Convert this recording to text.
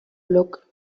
look